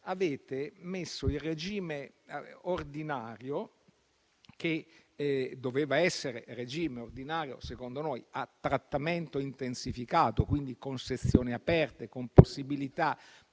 avete impedito il regime ordinario, o quello che doveva essere regime ordinario secondo noi, a trattamento intensificato, e quindi con sezioni aperte o con la possibilità